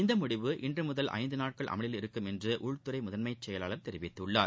இந்த முடிவு இன்று முதல் ஐந்து நாட்கள் அமலில் இருக்கும் என்று உள்துறை முதன்மைச் செயலாளர் தெரிவித்துள்ளார்